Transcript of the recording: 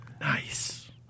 Nice